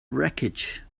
wreckage